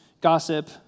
gossip